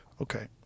Okay